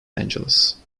angeles